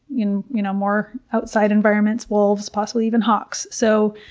you know you know more outside environments wolves, possibly even hawks. so,